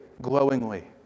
glowingly